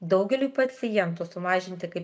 daugeliui pacientų sumažinti kai